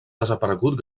desaparegut